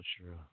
true